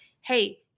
hey